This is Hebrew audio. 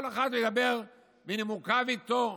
כל אחד שהוא ידבר, נימוקיו עימו.